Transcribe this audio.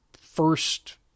first